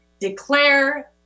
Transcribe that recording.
declare